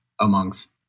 amongst